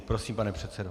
Prosím, pane předsedo.